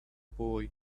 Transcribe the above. boy